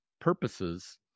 purposes